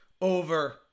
over